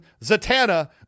Zatanna